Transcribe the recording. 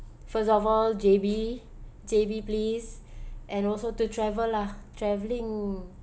first of all J_B J_B please and also to travel lah traveling